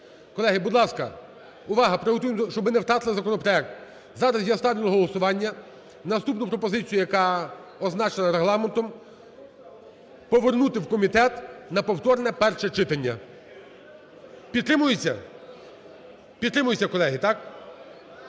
Колеги, будь ласка, приготуємося, щоб ми не втратили законопроект. Зараз я ставлю на голосування наступну пропозицію, яка означена регламентом – повернути у комітет на повторне перше читання. Підтримується? Підтримується, колеги – так?